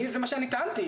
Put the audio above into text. זה מה שאני טענתי.